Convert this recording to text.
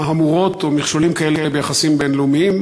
מהמורות או מכשולים כאלה ביחסים בין-לאומיים,